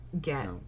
get